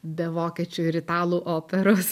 be vokiečių ir italų operos